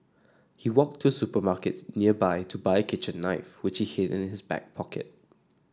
he walked to supermarkets nearby to buy kitchen knife which he hid in his back pocket